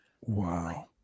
Wow